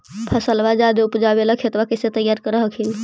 फसलबा ज्यादा उपजाबे ला खेतबा कैसे तैयार कर हखिन?